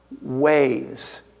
ways